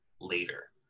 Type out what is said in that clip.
later